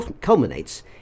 culminates